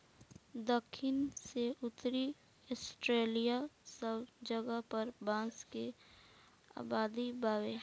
दखिन से उत्तरी ऑस्ट्रेलिआ सब जगह पर बांस के आबादी बावे